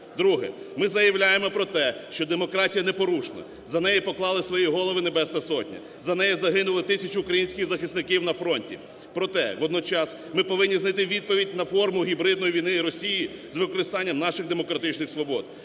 Друге. Ми заявляємо про те, що демократія не порушена, за неї поклали свої голови Небесна Сотня, за неї загинули тисячі українських захисників на фронті. Проте, водночас, ми повинні знайти відповідь на форму гібридної війни Росії з використанням наших демократичних свобод,